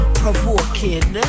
provoking